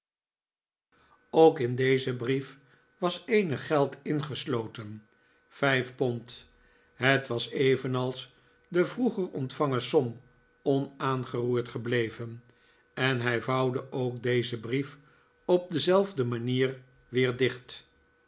ook in dezen brief was eenig geld ingesloten vijf pond het was evenals de vroeger ontvangen som onaangeroerd gebleven en hij vouwde ook dezen brief op dezelfde manier weer dicht